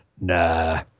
nah